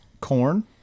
corn